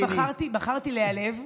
אני בחרתי להיעלב.